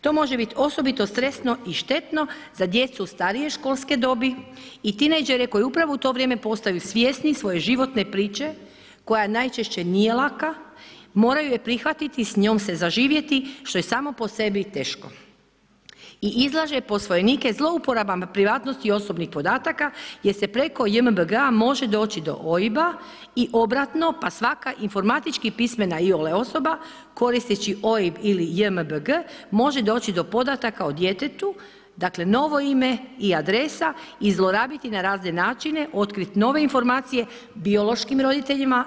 To može biti osobito stresno i štetno za djecu starije školske dobi i tinejdžere koji upravo u to vrijeme postaju svjesni svoje životne priče koja najčešće nije laka, moraju je prihvatiti, s njom se zaživjeti što je samo po sebi teško i izlaže posvojenike zlouporabama privatnosti osobnih podataka jer se preko JMBG-a može doći do OIB-a i obratno pa svaka informatički pismena iole osoba koristeći OIB ili JMBG može doći do podataka o djetetu, dakle novo ime i adresa i zlorabiti na razne načine, otkriti nove informacije biološkim roditeljima.